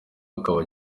akaba